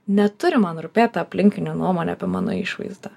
neturi man rūpėt ta aplinkinių nuomonė apie mano išvaizdą